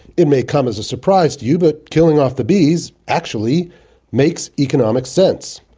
it may come as a surprise to you but killing off the bees actually makes economic sense.